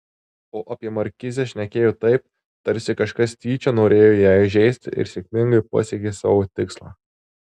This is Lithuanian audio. o apie markizę šnekėjo taip tarsi kažkas tyčia norėjo ją įžeisti ir sėkmingai pasiekė savo tikslą